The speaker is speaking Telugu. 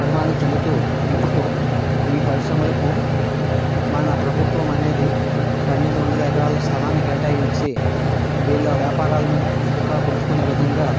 పరిమాణం చెందుతూ ఇప్పుడు ఈ పరిశ్రమలకు మన ప్రభుత్వం అనేది పన్నెండు వందల ఎకరాల స్థలాన్ని కేటాయించి వీళ్ళ వ్యాపారాలను ఇంకా పెంచుకునే విధంగా